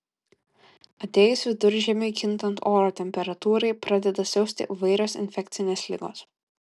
atėjus viduržiemiui kintant oro temperatūrai pradeda siausti įvairios infekcinės ligos